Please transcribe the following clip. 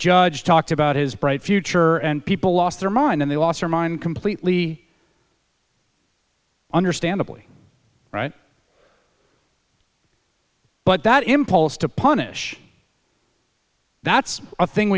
judge talked about his bright future and people lost their mind and they lost her mind completely understandably but that impulse to punish that's one thing